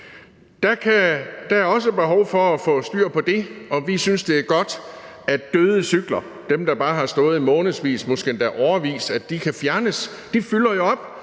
er der også behov for at få styr på det. Vi synes, det er godt, at døde cykler – dem, der bare har stået i månedsvis, måske endda årevis – kan fjernes, for de fylder jo op,